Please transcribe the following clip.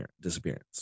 disappearance